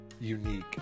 unique